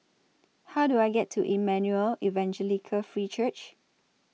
How Do I get to Emmanuel Evangelical Free Church